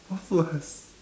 what food has